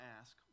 ask